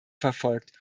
verfolgt